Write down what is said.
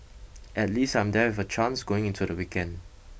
at least I'm there with a chance going into the weekend